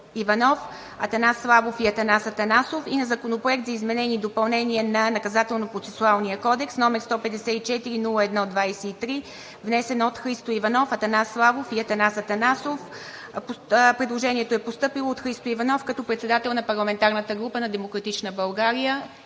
Иванов, Атанас Славов и Атанас Атанасов; и на Законопроект за изменение и допълнение на Наказателно-процесуалния кодекс, № 154-01-23, внесен от Христо Иванов, Атанас Славов и Атанас Атанасов. Предложението е постъпило от Христо Иванов като председател на парламентарната група на „Демократична България“.